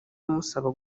amusaba